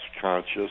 conscious